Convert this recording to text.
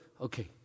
okay